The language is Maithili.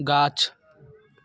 गाछ